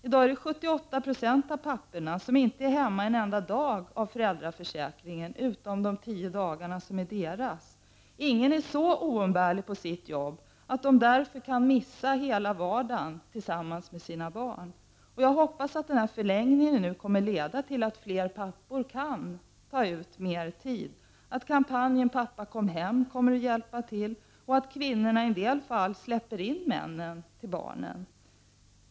I dag är 78 90 av papporna inte hemma en enda dag av föräldraförsäkringen utom de tio dagarna som är deras. Ingen är så oumbärlig på sitt jobb att han därför kan missa hela vardagen med sina barn. Jag hoppas att denna förlängning nu kommer att leda till att fler pappor kan ta ut mer tid, att kampanjen Pappa kom hem kommer att hjälpa till och att kvinnorna släpper in männen till barnen.